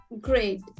Great